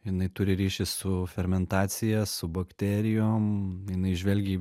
jinai turi ryšį su fermentacija su bakterijom jinai žvelgia į